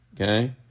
Okay